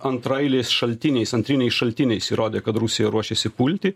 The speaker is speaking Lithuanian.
antraeiliais šaltiniais antriniais šaltiniais įrodė kad rusija ruošėsi pulti